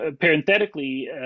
Parenthetically